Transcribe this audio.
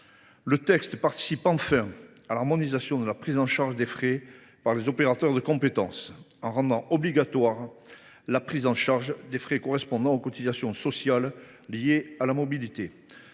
texte concourt à l’harmonisation de la prise en charge des frais par les opérateurs de compétences en rendant obligatoire la prise en charge des frais correspondant aux cotisations sociales liées à la mobilité.